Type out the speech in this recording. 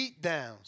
beatdowns